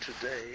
today